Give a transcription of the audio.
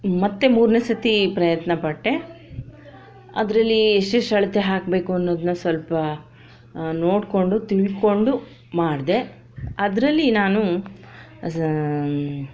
ಮತ್ತೆ ಮೂರನೇ ಸರ್ತಿ ಪ್ರಯತ್ನಪಟ್ಟೆ ಅದರಲ್ಲಿ ಎಷ್ಟೆಷ್ಟು ಅಳತೆ ಹಾಕ್ಬೇಕು ಅನ್ನೋದನ್ನು ಸ್ವಲ್ಪ ನೋಡ್ಕೊಂಡು ತಿಳ್ಕೊಂಡು ಮಾಡಿದೆ ಅದರಲ್ಲಿ ನಾನು